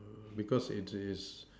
because it is